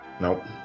Nope